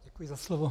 Děkuji za slovo.